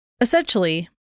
Essentially